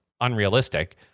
unrealistic